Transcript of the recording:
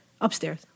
Upstairs